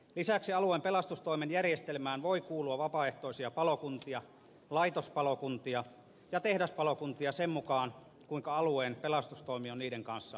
lisäksi alueen pelastustoimen järjestelmään voi kuulua vapaaehtoisia palokuntia laitospalokuntia ja tehdaspalokuntia sen mukaan kuinka alueen pelastustoimi on niiden kanssa sopinut